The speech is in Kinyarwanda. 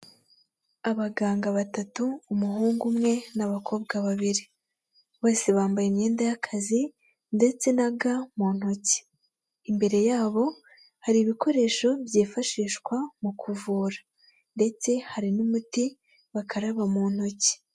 Abaganga batatu umuhungu umwe n'abakobwa babiri, bose bambaye imyenda y'akazi ndetse ga mu ntoki, imbere yabo hari ibikoresho byifashishwa mu kuvura ndetse hari n'umuti bakaraba mu ntoki.